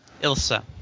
Ilsa